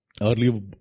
Early